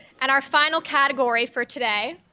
and our final category for today